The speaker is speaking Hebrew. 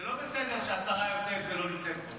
זה לא בסדר שהשרה יוצאת ולא נמצאת פה.